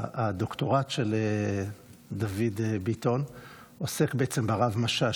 הדוקטורט של דוד ביטון עוסק בעצם ברב משאש,